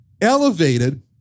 elevated